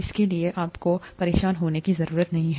इसके लिए आपको परेशान होने की जरूरत नहीं है